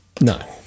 No